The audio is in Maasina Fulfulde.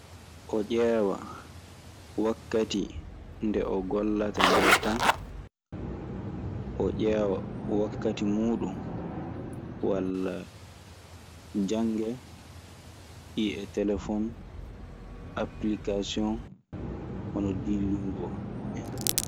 O ƴeewa wakkati nde o gollataa ndee tan. O heeƴa wakkati muuɗun walla o jannga ɗi e telefoŋ appilicasoŋ hono Diilingo en.